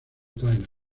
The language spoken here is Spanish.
tyler